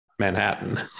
Manhattan